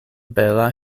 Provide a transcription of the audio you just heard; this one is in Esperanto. bela